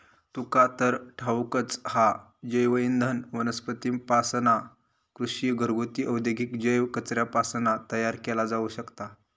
तुका तर ठाऊकच हा, जैवइंधन वनस्पतींपासना, कृषी, घरगुती, औद्योगिक जैव कचऱ्यापासना तयार केला जाऊ शकता